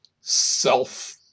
self